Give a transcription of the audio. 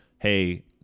hey